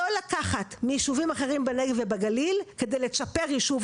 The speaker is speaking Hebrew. ואני מבקשת לומר עכשיו משפט מסכם בלי שתפריע לי.